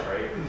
right